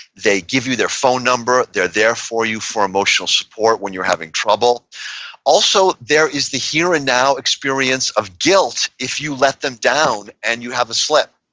they give you their phone number. they're here for you for emotional support when you're having trouble also, there is the here and now experience of guilt if you let them down and you have a slip,